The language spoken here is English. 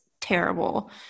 terrible